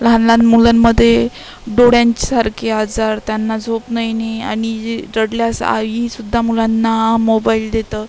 लहानलहान मुलांमध्ये डोळ्यांसारखे आजार त्यांना झोप नाही नि आणि ई रडल्यास आईसुद्धा मुलांना मोबाइल देतं